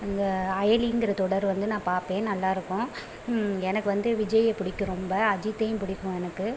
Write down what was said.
அந்த அயலிங்கிற தொடர் வந்து நான் பார்ப்பேன் நல்லாயிருக்கும் எனக்கு வந்து விஜயை பிடிக்கும் ரொம்ப அஜித்தையும் பிடிக்கும் எனக்கு